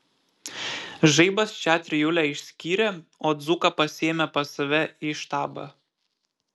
žaibas šią trijulę išskyrė o dzūką pasiėmė pas save į štabą